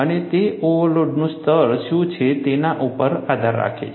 અને તે ઓવરલોડનું સ્તર શું છે તેના ઉપર આધાર રાખે છે